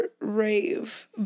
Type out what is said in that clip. rave